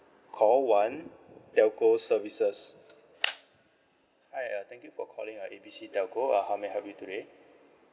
call one telco services hi uh thank you for calling uh A B C telco uh how may I help you today